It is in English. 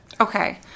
Okay